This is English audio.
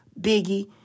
Biggie